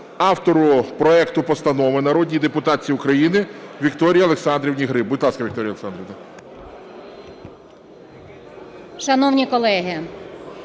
автору проекту постанови народній депутатці України Вікторії Олександрівні Гриб. Будь ласка, Вікторія Олександрівна.